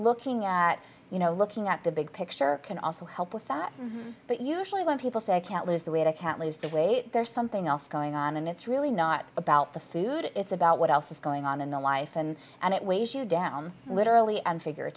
looking at you know looking at the big picture can also help with that but usually when people say i can't lose the weight i can't lose the weight there's something else going on and it's really not about the food it's about what else is going on in their life and and it weighs you down literally and figur